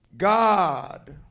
God